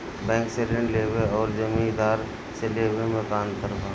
Bank से ऋण लेवे अउर जमींदार से लेवे मे का अंतर बा?